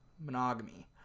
monogamy